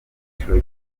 cyiciro